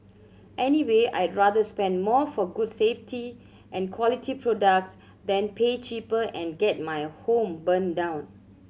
anyway I'd rather spend more for good safety and quality products than pay cheaper and get my home burnt down